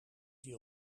die